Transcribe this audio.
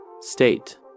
State